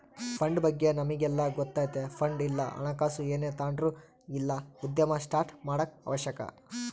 fund ಬಗ್ಗೆ ನಮಿಗೆಲ್ಲ ಗೊತ್ತತೆ ಫಂಡ್ ಇಲ್ಲ ಹಣಕಾಸು ಏನೇ ತಾಂಡ್ರು ಇಲ್ಲ ಉದ್ಯಮ ಸ್ಟಾರ್ಟ್ ಮಾಡಾಕ ಅವಶ್ಯಕ